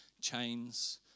chains